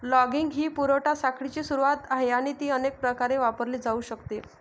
logging ही पुरवठा साखळीची सुरुवात आहे आणि ती अनेक प्रकारे वापरली जाऊ शकते